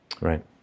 Right